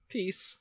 Peace